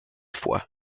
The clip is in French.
foi